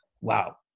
wow